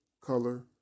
color